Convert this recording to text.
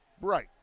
Right